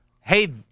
Hey